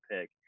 pick